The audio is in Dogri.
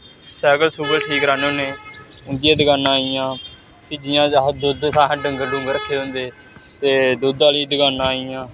सैकल सुकल ठीक कराने होन्ने उं'दियां दकानां आई गेइयां फिर जि'यां असें दुद्ध असें डंगर डुगर रक्खे दे होंदे ते दुद्ध आह्ली दकानां आई गेइयां